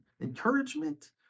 encouragement